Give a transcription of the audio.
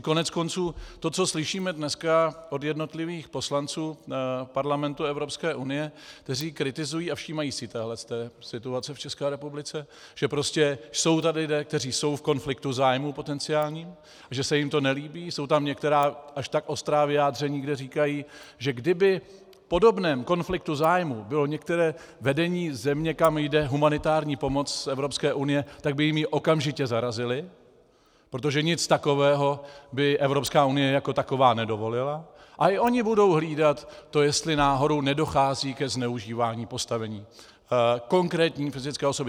Koneckonců to, co slyšíme dneska od jednotlivých poslanců parlamentu Evropské unie, kteří kritizují a všímají si téhle situace v České republice, že jsou tady lidé, kteří jsou v potenciálním konfliktu zájmů, a že se jim to nelíbí, jsou tam některá až tak ostrá vyjádření, kde říkají, že kdyby v podobném konfliktu zájmu bylo některé vedení země, kam jde humanitární pomoc z Evropské unie, tak by jim ji okamžitě zarazili, protože nic takového by Evropská unie jako taková nedovolila, a i oni budou hlídat, jestli náhodou nedochází ke zneužívání postavení konkrétní fyzické osoby.